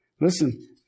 Listen